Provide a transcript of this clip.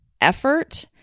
effort